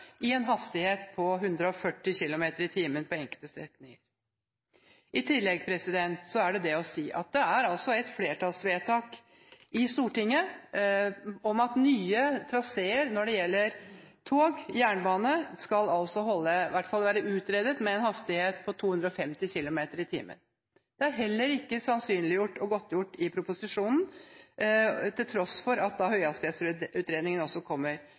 en hastighet på 140 km/t på enkelte strekninger. I tillegg er det det å si at det er et flertallsvedtak i Stortinget om at nye traseer når det gjelder jernbane, skal være utredet for en hastighet på 250 km/t. Det er heller ikke sannsynliggjort og godtgjort i proposisjonen, til tross for at Høyhastighetsutredningen kommer